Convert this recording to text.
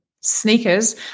sneakers